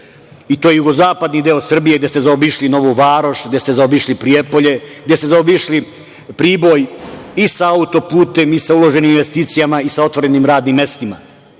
i to jugozapadni deo Srbije, gde ste zaobišli Novu Varoš, gde se zaobišli Prijepolje, gde ste zaobišli Priboj i sa autoputem i sa uloženim investicijama i sa otvorenim radnim mestima.